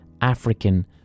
African